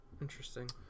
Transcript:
Interesting